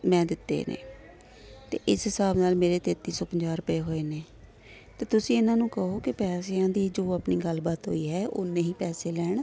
ਮੈਂ ਦਿੱਤੇ ਨੇ ਅਤੇ ਇਸ ਹਿਸਾਬ ਨਾਲ ਮੇਰੇ ਤੇਤੀ ਸੌ ਪੰਜਾਹ ਰੁਪਏ ਹੋਏ ਨੇ ਅਤੇ ਤੁਸੀਂ ਇਹਨਾਂ ਨੂੰ ਕਹੋ ਕਿ ਪੈਸਿਆਂ ਦੀ ਜੋ ਆਪਣੀ ਗੱਲਬਾਤ ਹੋਈ ਹੈ ਉਨੇ ਹੀ ਪੈਸੇ ਲੈਣ